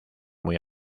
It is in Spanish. muy